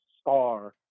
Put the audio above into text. star